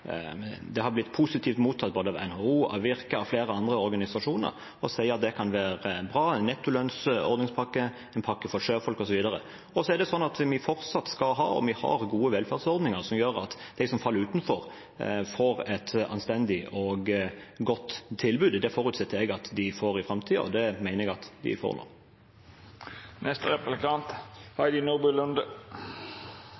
blitt positivt mottatt av både NHO, Virke og flere andre organisasjoner som sier at det kan være bra med en nettolønnsordningspakke, en pakke for sjøfolk osv. Vi skal fortsatt ha, og vi har, gode velferdsordninger som gjør at de som faller utenfor, får et anstendig og godt tilbud. Det forutsetter jeg at de får i framtiden, og det mener jeg at de får